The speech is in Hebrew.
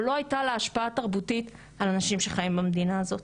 או לא הייתה לה השפעה תרבותית על אנשים שחיים במדינה הזאת.